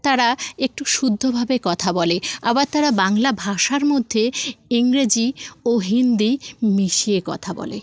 তারা একটু শুদ্ধভাবে কথা বলে আবার তারা বাংলা ভাষার মধ্যে ইংরেজি ও হিন্দি মিশিয়ে কথা বলে